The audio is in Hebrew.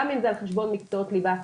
גם אם זה על חשבון מקצועות ליבה,